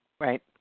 Right